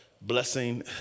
blessing